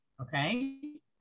okay